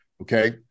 okay